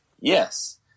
yes